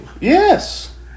Yes